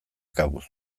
kabuz